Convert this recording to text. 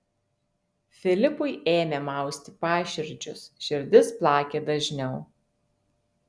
filipui ėmė mausti paširdžius širdis plakė dažniau